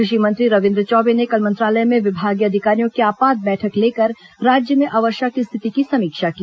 कृषि मंत्री रविन्द्र चौबे ने कल मंत्रालय में विभागीय अधिकारियों की आपात बैठक लेकर राज्य में अवर्षा की स्थिति की समीक्षा की